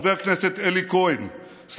חבר הכנסת אלי כהן,